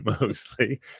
mostly